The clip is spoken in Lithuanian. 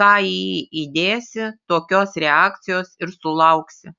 ką į jį įdėsi tokios reakcijos ir sulauksi